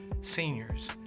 seniors